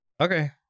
Okay